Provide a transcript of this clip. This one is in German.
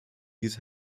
diese